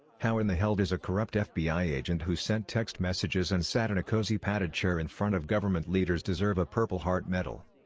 how in the hell does a corrupt fbi agent who sent text messages and sat in a cozy padded chair in front of government leaders deserve a purple heart medal?